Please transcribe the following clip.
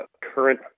current